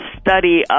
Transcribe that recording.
study